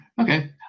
Okay